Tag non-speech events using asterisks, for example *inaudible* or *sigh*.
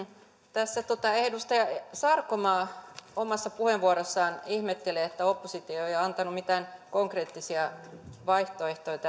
tässä edustaja sarkomaa omassa puheenvuorossaan ihmetteli että oppositio ei ole antanut mitään konkreettisia vaihtoehtoja *unintelligible*